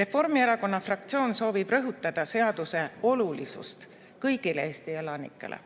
Reformierakonna fraktsioon soovib rõhutada seaduse olulisust kõigile Eesti elanikele.